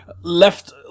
left